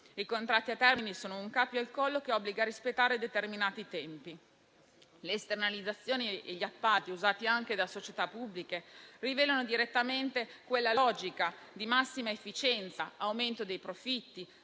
i contratti a termine sono un cappio al collo che obbliga a rispettare determinati tempi. Le esternalizzazioni e gli appalti usati anche da società pubbliche rivelano direttamente quella logica di massima efficienza, aumento dei profitti